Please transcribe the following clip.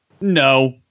No